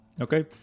Okay